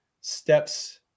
steps